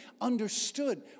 understood